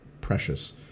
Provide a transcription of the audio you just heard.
precious